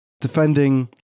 defending